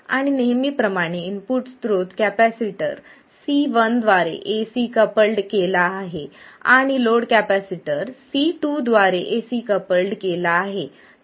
आणि नेहमीप्रमाणे इनपुट स्त्रोत कपॅसिटर C1 द्वारे एसी कपल्ड केला आहे आणि लोड कॅपेसिटर C2 द्वारे एसी कपल्ड केला आहे